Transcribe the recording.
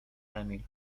emil